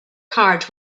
card